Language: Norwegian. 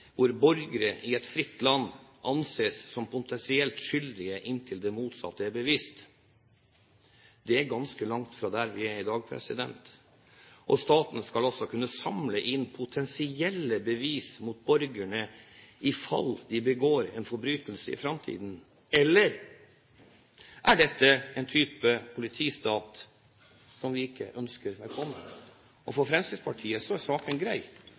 hvor borgere i et fritt land anses som potensielt skyldige inntil det motsatte er bevist. Det er ganske langt fra der vi er i dag, og staten skal altså kunne samle inn potensielle bevis mot borgerne i fall de begår en forbrytelse i framtiden. Eller er dette en type politistat som vi ikke ønsker velkommen? For Fremskrittspartiet er saken grei.